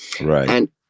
Right